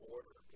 Order